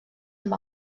amb